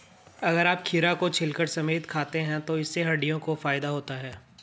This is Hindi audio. अगर आप खीरा को छिलका समेत खाते हैं तो इससे हड्डियों को फायदा होता है